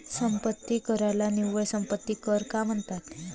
संपत्ती कराला निव्वळ संपत्ती कर का म्हणतात?